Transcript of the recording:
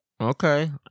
Okay